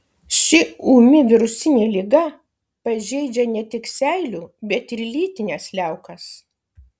ši ūmi virusinė liga pažeidžia ne tik seilių bet ir lytines liaukas